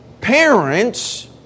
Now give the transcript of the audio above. parents